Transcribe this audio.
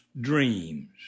dreams